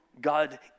God